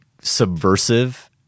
subversive